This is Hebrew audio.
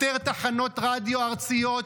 יותר תחנות רדיו ארציות,